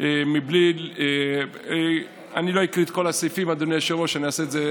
מכובדיי, נא לשבת.